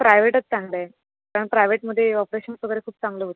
प्रायवेटच चांगलं आहे कारण प्रायवेटमध्ये ऑपरेशन्स वगैरे खूप चांगले होतं